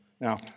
Now